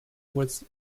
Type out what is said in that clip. was